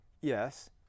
yes